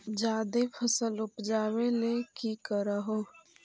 जादे फसल उपजाबे ले की कर हो?